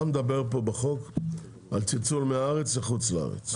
אתה מדבר בחוק על צלצול מהארץ לחוץ לארץ.